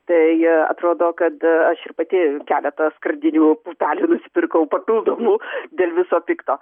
tai atrodo kad aš ir pati keletą skardinių pupelių nusipirkau papildomų dėl viso pikto